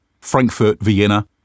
Frankfurt-Vienna